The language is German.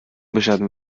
beschatten